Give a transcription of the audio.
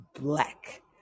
black